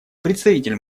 представитель